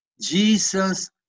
Jesus